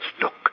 Look